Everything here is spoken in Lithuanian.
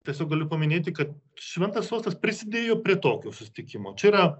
tiesiog galiu paminėti kad šventas sostas prisidėjo prie tokio susitikimo čia yra